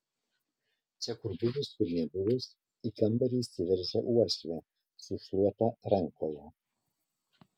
čia kur buvus kur nebuvus į kambarį įsiveržia uošvė su šluota rankoje